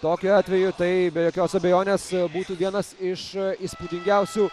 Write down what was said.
tokiu atveju tai be jokios abejonės būtų vienas iš įspūdingiausių